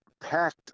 packed